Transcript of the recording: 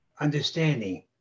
understanding